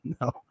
no